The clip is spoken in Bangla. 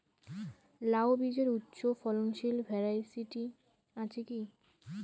লাউ বীজের উচ্চ ফলনশীল ভ্যারাইটি আছে কী?